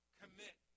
commit